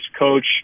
coach